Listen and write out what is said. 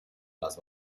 las